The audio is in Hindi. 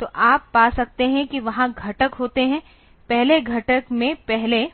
तो आप पा सकते हैं कि वहां घटक होते हैं पहले घटक में पहले